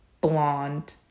blonde